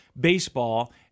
baseball